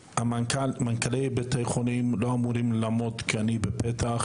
מנכ"לי בתי החולים לא אמורים לעמוד כעני בפתח,